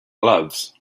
gloves